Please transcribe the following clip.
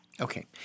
Okay